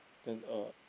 than a